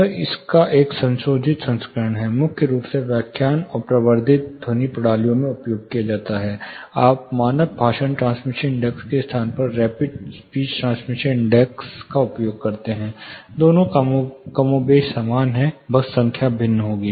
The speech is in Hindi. यह इसका एक संशोधित संस्करण है मुख्य रूप से व्याख्यान और प्रवर्धित ध्वनि प्रणालियों में उपयोग किया जाता है आप मानक भाषण ट्रांसमिशन इंडेक्स के स्थान पर रैपिड स्पीच ट्रांसमिशन इंडेक्स का उपयोग करते हैं दोनों कमोबेश समान हैं बस संख्या भिन्न होगी